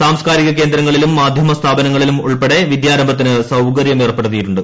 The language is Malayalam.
സാസ്കാരിക കേന്ദ്രങ്ങളിലും മാധ്യമ സ്ഥാപനങ്ങളിലും ഉൾപ്പെടെ വിദ്യാരംഭത്തിന് സൌകര്യമേർപ്പെടുത്തിയിട്ടുണ്ട്